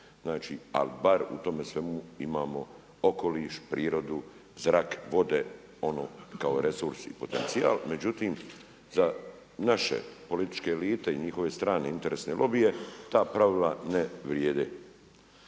znači ali bar u tome svemu imamo okoliš, prirodu, zrak, vode, ono kao resursi i potencijal, međutim, za naše političke elite i njihove strane interesne lobije, ta pravila ne vrijede.